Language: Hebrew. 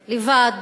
לבד,